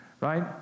Right